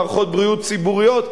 במערכות בריאות ציבוריות,